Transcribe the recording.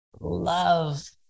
love